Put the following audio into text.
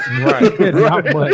right